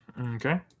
okay